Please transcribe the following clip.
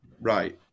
right